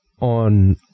on